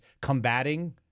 combating